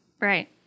Right